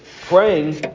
praying